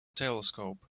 telescope